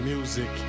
Music